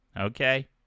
okay